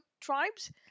tribes